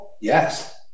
Yes